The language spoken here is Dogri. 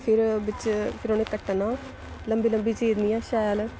फिर बिच्च फिर उ'नेंगी कट्टना लम्बी लम्बी चीरनियां शैल